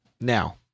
Now